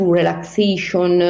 relaxation